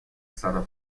stata